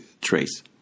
trace